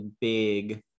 big